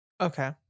Okay